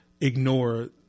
ignore